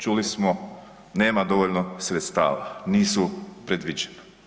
Čuli smo, nema dovoljno sredstava, nisu predviđena.